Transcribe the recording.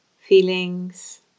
feelings